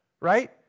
right